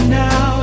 now